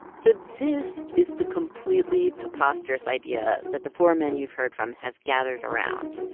so this is the completely preposterous idea that the four men you've heard from have gathered around.